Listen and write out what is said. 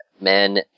men